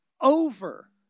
over